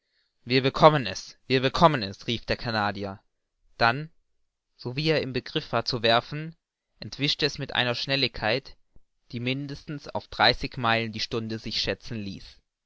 wir bekommen es wir bekommen es rief der canadier dann sowie er im begriff war zu werfen entwischte es mit einer schnelligkeit die mindestens auf dreißig meilen die stunde sich schätzen ließ